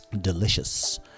delicious